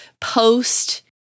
post